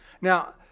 Now